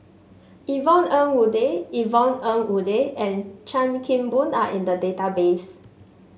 Yvonne Ng Uhde Yvonne Ng Uhde and Chan Kim Boon are in the database